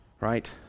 right